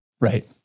Right